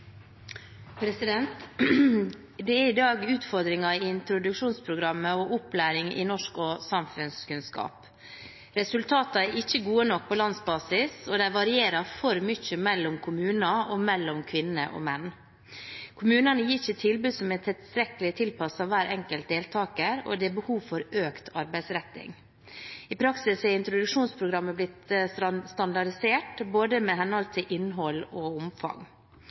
ikke gode nok på landsbasis, og de varierer for mye mellom kommuner og mellom kvinner og menn. Kommunene gir ikke tilbud som er tilstrekkelig tilpasset hver enkelt deltaker, og det er behov for økt arbeidsretting. I praksis er introduksjonsprogrammet blitt standardisert både med hensyn til innhold og omfang.